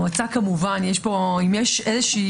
אם יש איזושהי